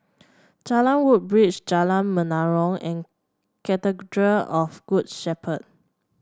Jalan Woodbridge Jalan Menarong and of Good Shepherd